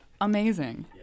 amazing